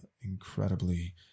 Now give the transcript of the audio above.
incredibly